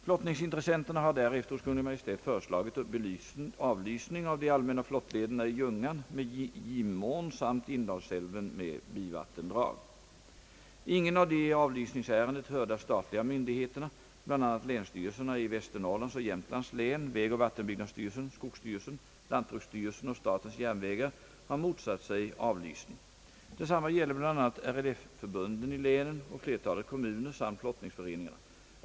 Flottningsintressenterna har därefter hos Kungl. Maj:t föreslagit avlysning av de allmänna flottlederna i Ljungan med Gimån samt Indalsälven med bivatten länsstyrelserna i Västernorrlands och Jämtlands län, vägoch vattenbyggnadsstyrelsen, = skogsstyrelsen, <lantbruksstyrelsen och statens järnvägar — har motsatt sig avlysning. Detsamma gäller bl.a. RLF-förbunden i länen och flertalet kommuner samt flottningsföreningarna.